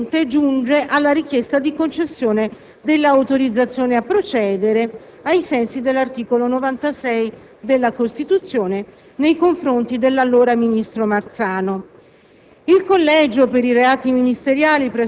Ricordo ancora a tutti noi che la storia di questo procedimento vede una prima fase istruttoria che si conclude con una disposizione da parte del tribunale dei Ministri di archiviazione